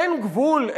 אין גבול?